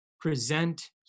present